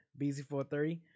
BZ430